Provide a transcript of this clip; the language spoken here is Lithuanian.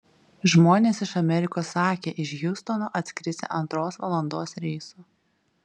žmonės iš amerikos sakė iš hjustono atskrisią antros valandos reisu